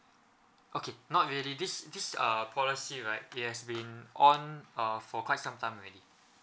okay not really this this uh policy right it has been on uh for quite some time already